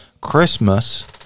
Christmas